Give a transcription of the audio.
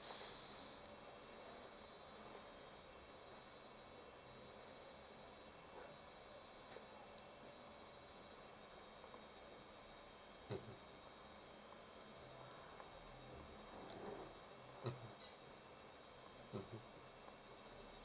mmhmm mmhmm mmhmm